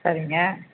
சரிங்க